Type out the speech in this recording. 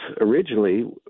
originally